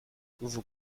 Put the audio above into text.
vous